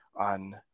on